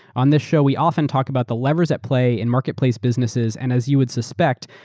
on this show, we often talk about the levers at play in marketplace businesses, and as you would suspect,